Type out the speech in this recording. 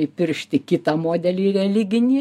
įpiršti kitą modelį religinį